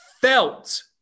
felt